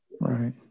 Right